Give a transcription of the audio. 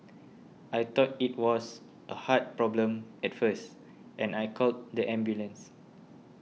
I thought it was a heart problem at first and I called the ambulance